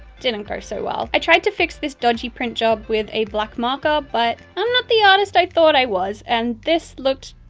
didn't go so well. i tried to fix this dodgy print job with a black marker, but, i'm not the artist i thought i was, and, this looked.